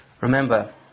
Remember